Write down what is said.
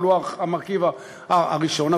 אבל הוא המרכיב הראשון,